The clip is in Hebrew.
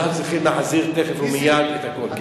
אנחנו צריכים להחזיר תיכף ומייד את הכול.